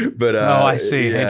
but oh, i see. yeah